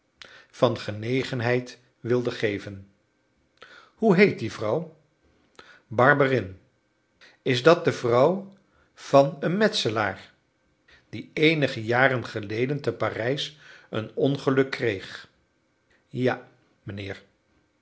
van genegenheid wilde geven hoe heet die vrouw barberin is dat de vrouw van een metselaar die eenige jaren geleden te parijs een ongeluk kreeg ja mijnheer